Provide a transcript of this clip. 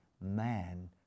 man